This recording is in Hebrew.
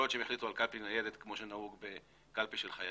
יכול להיות שהם יחליטו על קלפי ניידת כמו שנהוג בקרב החיילים.